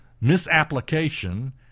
misapplication